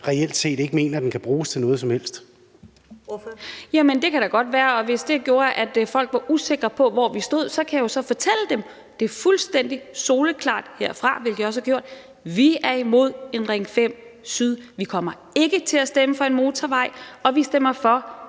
Ellemann): Ordføreren. Kl. 19:08 Zenia Stampe (RV): Jamen det kan da godt være, og hvis det betød, at folk var usikre på, hvor vi stod, så kan jeg jo så fortælle dem det fuldstændig soleklart herfra, hvilket jeg også har gjort: Vi er imod en Ring 5 Syd. Vi kommer ikke til at stemme for en motorvej, og vi stemmer for